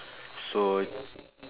so I